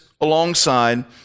alongside